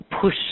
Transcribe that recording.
push